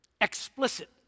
explicit